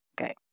Okay